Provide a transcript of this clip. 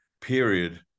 period